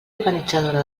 organitzadora